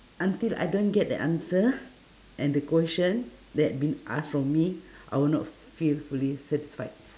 until I don't get the answer and the question that being asked from me I will not feel fully satisfied